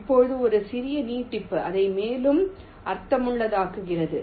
இப்போதுஒரு சிறிய நீட்டிப்பு அதை மேலும் அர்த்தமுள்ளதாக்குகிறது